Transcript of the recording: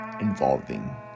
involving